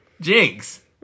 Jinx